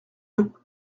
veut